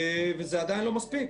וזה עדיין לא מספיק.